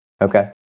Okay